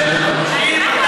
אם אתה רוצה,